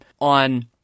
on